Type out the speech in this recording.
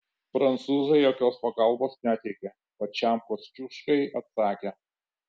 prancūzai jokios pagalbos neteikia pačiam kosciuškai atsakė